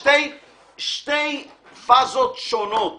שיש שתי פאזות שונות